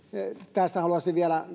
tässä haluaisin vielä